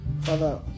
Father